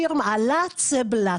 שירם אלא צ-באלא,